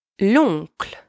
L'oncle